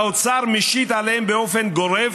האוצר משית עליהם באופן גורף,